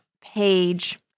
page